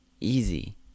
easy